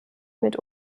mit